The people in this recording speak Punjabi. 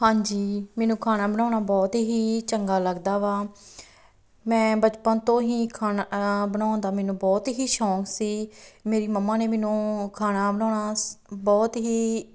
ਹਾਂਜੀ ਮੈਨੂੰ ਖਾਣਾ ਬਣਾਉਣਾ ਬਹੁਤ ਹੀ ਚੰਗਾ ਲੱਗਦਾ ਵਾ ਮੈਂ ਬਚਪਨ ਤੋਂ ਹੀ ਖਾਣਾ ਬਣਾਉਣ ਦਾ ਮੈਨੂੰ ਬਹੁਤ ਹੀ ਸ਼ੌਂਕ ਸੀ ਮੇਰੀ ਮੰਮਾ ਨੇ ਮੈਨੂੰ ਖਾਣਾ ਬਣਾਉਣਾ ਸ ਬਹੁਤ ਹੀ